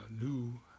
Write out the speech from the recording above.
new